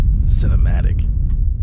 cinematic